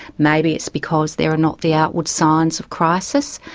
maybe it's because there are not the outward signs of crisis,